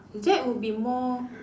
that would be more